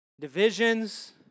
divisions